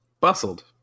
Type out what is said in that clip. Bustled